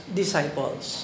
disciples